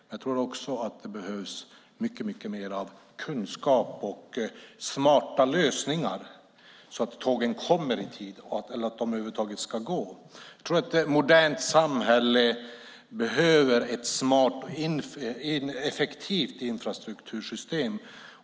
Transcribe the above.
Jag tror också att det behövs mycket mer kunskap och smarta lösningar, så att tågen kommer i tid eller så att de över huvud taget går. Ett modernt samhälle behöver ett smart och effektivt infrastruktursystem.